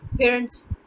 parents